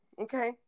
okay